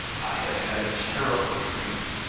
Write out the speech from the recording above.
i have had a terrible dream.